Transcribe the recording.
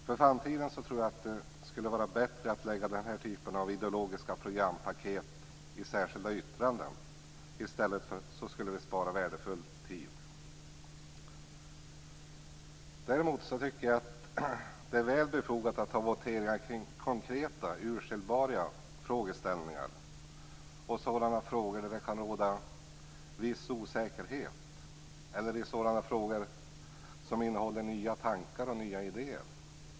För framtiden tror jag att det skulle vara bättre att lägga den här typen av ideologiska programpaket i särskilda yttranden. Det skulle spara värdefull tid. Däremot tycker jag att det är väl befogat att ha voteringar kring konkreta, urskiljbara frågeställningar, i sådana frågor där det kan råda viss osäkerhet eller i sådana frågor som innehåller nya tankar och nya idéer.